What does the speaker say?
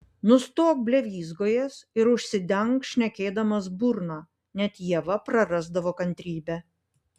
nustok blevyzgojęs ir užsidenk šnekėdamas burną net ieva prarasdavo kantrybę